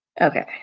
Okay